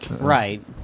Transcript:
Right